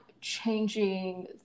changing